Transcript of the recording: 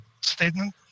statement